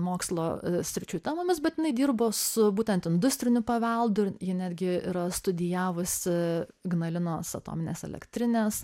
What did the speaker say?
mokslo sričių temomis bet jinai dirbo su būtent industriniu paveldu ji netgi yra studijavusi ignalinos atominės elektrinės